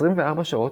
24 שעות,